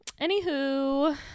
anywho